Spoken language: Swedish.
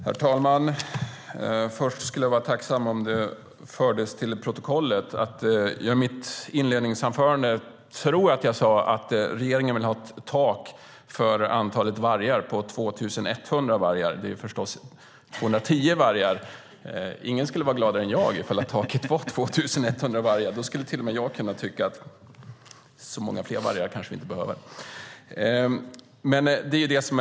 Herr talman! Jag vill först föra följande till protokollet. Jag tror att jag i mitt inledningsanförande sade att regeringen vill ha ett tak för antalet vargar på 2 100. Det är förstås 210 vargar. Ingen skulle vara gladare än jag om taket var 2 100 vargar. Då skulle till och med jag kunna tycka att vi kanske inte behöver så många fler vargar.